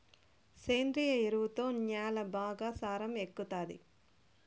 సేంద్రియ ఎరువుతో న్యాల బాగా సారం ఎక్కుతాది